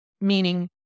meaning